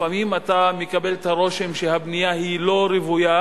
לפעמים אתה מקבל את הרושם שהבנייה היא לא רוויה.